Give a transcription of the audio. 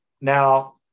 Now